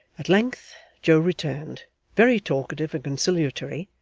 at length joe returned very talkative and conciliatory,